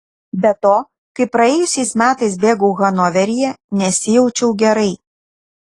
be to kai praėjusiais metais bėgau hanoveryje nesijaučiau gerai